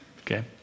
okay